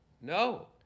no